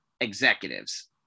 executives